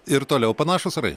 ir toliau panašūs orai